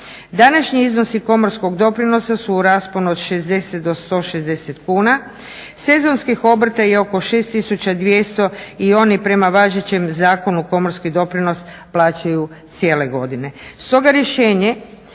Današnji iznosi komorskog doprinosa su u rasponu od 60 do 160 kuna, sezonskih obrta je oko 6200 i oni prema važećem Zakonu o komorskim doprinosima plaćaju cijele godine.